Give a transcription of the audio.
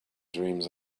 dreams